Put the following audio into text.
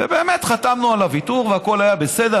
ובאמת חתמנו על הוויתור והכול היה בסדר.